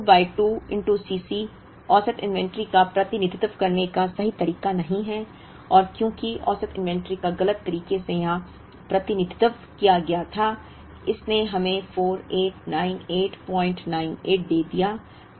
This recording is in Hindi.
लेकिन Q बाय 2 Cc औसत इन्वेंट्री का प्रतिनिधित्व करने का सही तरीका नहीं है और क्योंकि औसत इन्वेंट्री का गलत तरीके से यहां प्रतिनिधित्व किया गया था इसने हमें 489898 दे दिया